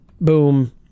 boom